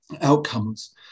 outcomes